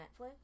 Netflix